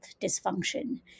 dysfunction